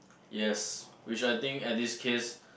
yes which I think at this case